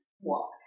walk